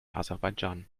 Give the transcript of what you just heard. aserbaidschan